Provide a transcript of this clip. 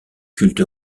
culte